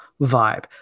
vibe